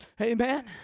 Amen